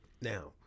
Now